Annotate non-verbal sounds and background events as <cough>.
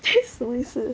<laughs> 什么意思